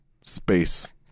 space